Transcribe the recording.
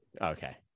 Okay